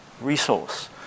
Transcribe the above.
resource